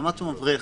עמד שם אברך,